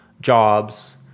jobs